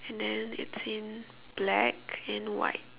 and then it's in black and white